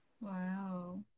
Wow